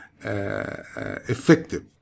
effective